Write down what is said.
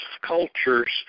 cultures